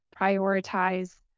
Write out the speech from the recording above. prioritize